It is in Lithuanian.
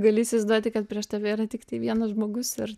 gali įsivaizduoti kad prieš tave yra tiktai vienas žmogus ir